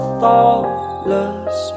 thoughtless